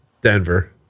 Denver